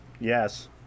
yes